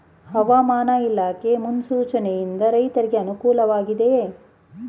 ಹವಾಮಾನ ಇಲಾಖೆ ಮುನ್ಸೂಚನೆ ಯಿಂದ ರೈತರಿಗೆ ಅನುಕೂಲ ವಾಗಿದೆಯೇ?